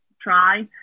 try